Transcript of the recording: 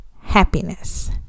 happiness